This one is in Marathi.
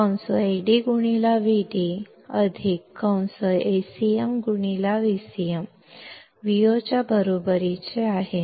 AdVd AcmVcm Vo याच्या बरोबरीचे आहे